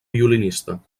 violinista